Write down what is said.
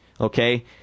okay